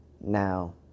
Now